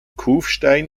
kufstein